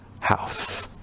house